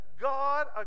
God